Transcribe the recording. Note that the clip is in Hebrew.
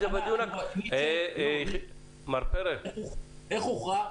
איך הוכרע?